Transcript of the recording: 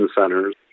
centers